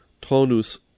tonus